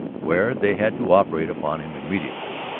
where they had to operate upon him immediately.